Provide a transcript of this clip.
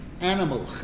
animal